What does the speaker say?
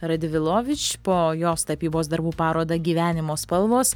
radvilovič po jos tapybos darbų parodą gyvenimo spalvos